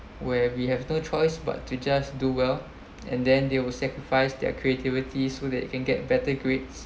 where we have no choice but to just do well and then they would sacrifice their creativity so that you can get better grades